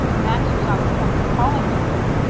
max was on the point of calling to him,